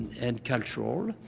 and cultural.